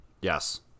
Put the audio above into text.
Yes